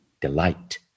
delight